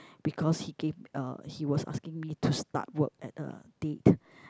because he gave uh he was asking me to start work at a date